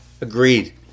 Agreed